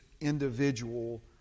individual